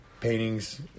Paintings